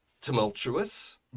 tumultuous